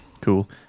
Cool